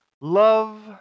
Love